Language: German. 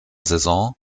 saison